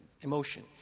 emotion